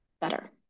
better